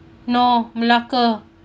no malacca